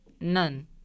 none